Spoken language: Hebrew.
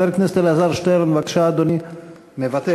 חבר הכנסת אלעזר שטרן, בבקשה, אדוני, מוותר.